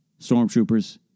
Stormtroopers